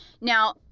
Now